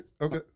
Okay